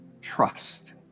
trust